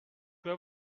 peux